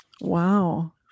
Wow